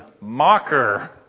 mocker